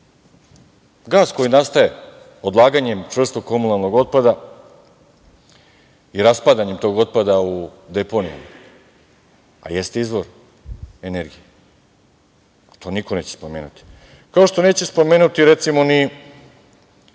gas koji nastaje odlaganjem čvrstog komunalnog otpada i raspadanjem tog otpada u deponiju, a jeste izvor energije. To niko neće spomenuti. Kao što neće spomenuti, recimo, ni